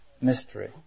mystery